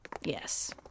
Yes